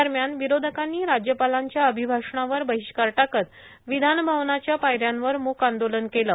दरम्यान विरोधकांनी राज्यपालांच्या अभिभाषणावर बहिष्कार टाकत विधान भवनाच्या पायऱ्यांवर मूक आंदोलन केलं